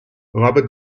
robert